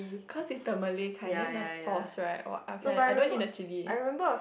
cause it's the Malay kind then the sauce right !wah! I don't want to eat the chilli